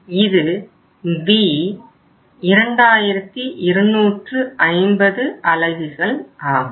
இது B 2250 அலகுகள் ஆகும்